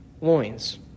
loins